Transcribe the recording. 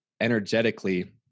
energetically